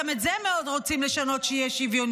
גם את זה הם מאוד רוצים לשנות שיהיה שוויוני.